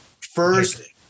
First